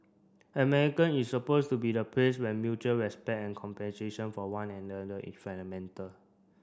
American is supposed to be the place where mutual respect and compensation for one another is fundamental